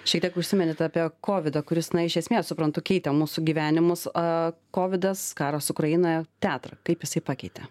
šiek tiek užsiminėte apie kovidą kuris na iš esmės suprantu keitė mūsų gyvenimus a kovidas karas ukrainoje teatrą kaip jisai pakeitė